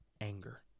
anger